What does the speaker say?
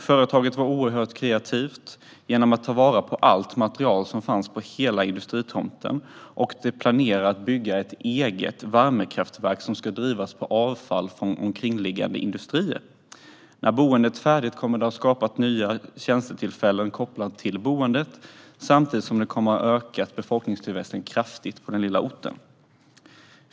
Företaget är oerhört kreativt genom att ta vara på allt material som finns på hela industritomten, och man planerar att bygga ett eget värmekraftverk som ska drivas med avfall från omkringliggande industrier. När boendet är färdigt kommer det att skapa nya tjänstetillfällen kopplat till boendet, samtidigt som det kommer att öka befolkningstillväxten kraftigt på den lilla orten.